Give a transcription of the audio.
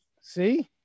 See